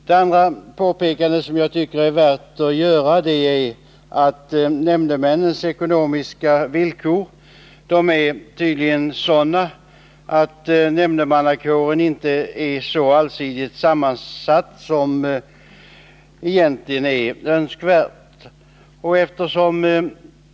Det andra påpekandet som jag tycker är värt att göra är att nämndemännens ekonomiska villkor tydligen är sådana att nämndemannakåren inte får en så allsidig sammansättning som egentligen är önskvärd.